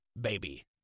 baby